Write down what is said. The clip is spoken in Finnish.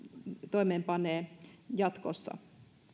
toimeenpanee jatkossa